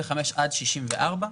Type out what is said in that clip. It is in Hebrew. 25 עד 64,